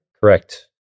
Correct